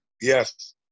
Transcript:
yes